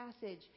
passage